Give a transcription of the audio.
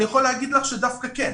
אני יכול להגיד לך שדווקא כן.